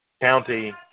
County